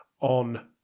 on